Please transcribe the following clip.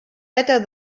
better